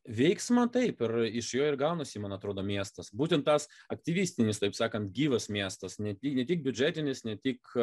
veiksmą taip ir iš jo ir gaunasi man atrodo miestas būtent tas aktivistinis taip sakant gyvas miestas ne tik biudžetinis ne tik